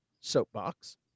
soapbox